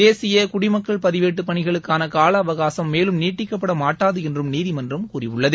தேசிய குடிமக்கள் பதிவேட்டு பணிகளுக்கான கால அவகாசம் மேலும் நீட்டிக்கப்பட மாட்டாது என்றும் நீதிமன்றம் கூறியுள்ளது